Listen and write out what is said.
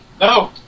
No